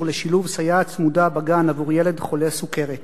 לשילוב סייעת צמודה בגן עבור ילד חולה סוכרת,